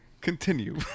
continue